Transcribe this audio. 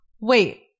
Wait